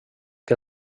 que